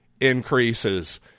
increases